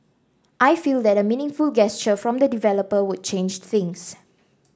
I feel that a meaningful gesture from the developer would change things